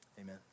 amen